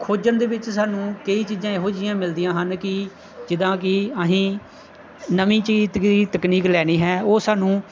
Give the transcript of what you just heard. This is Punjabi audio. ਖੋਜਣ ਦੇ ਵਿੱਚ ਸਾਨੂੰ ਕਈ ਚੀਜ਼ਾਂ ਇਹੋ ਜਿਹੀਆਂ ਮਿਲਦੀਆਂ ਹਨ ਕਿ ਜਿੱਦਾਂ ਕਿ ਅਸੀਂ ਨਵੀਂ ਚੀਜ਼ ਦੀ ਤਕਨੀਕ ਲੈਣੀ ਹੈ ਉਹ ਸਾਨੂੰ